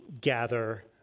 gather